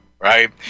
right